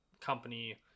company